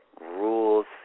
rules